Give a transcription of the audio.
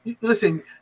Listen